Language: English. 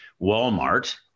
Walmart